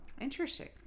Interesting